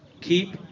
Keep